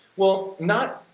well, not,